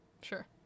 Sure